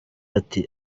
ati